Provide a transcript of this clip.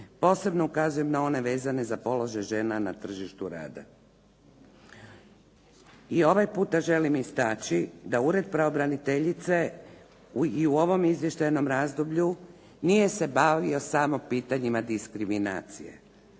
Posebno ukazujem na one vezane za položaj žena na tržištu rada. I ovaj puta želim istaći da ured pravobraniteljice i u ovom izvještajnom razdoblju nije se bavio samo pitanjima diskriminacije,